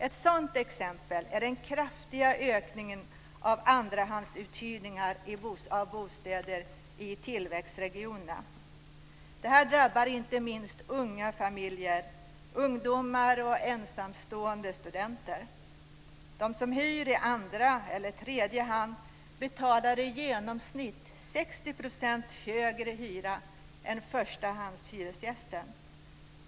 Ett sådant exempel är den kraftiga ökningen av andrahandsuthyrningar av bostäder i tillväxtregionerna. Detta drabbar inte minst unga familjer, ungdomar och ensamstående studenter. De som hyr i andra eller tredje hand betalar i genomsnitt 60 % högre hyra än förstahandshyresgästen.